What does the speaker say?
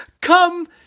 Come